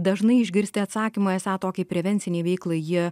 dažnai išgirsti atsakymą esą tokiai prevencinei veiklai jie